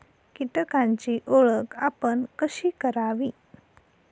कीटकांची ओळख आपण कशी करावी?